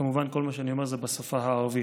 כמובן, כל מה שאני אומר זה בשפה הערבית.